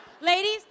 Ladies